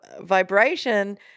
vibration